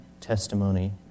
testimony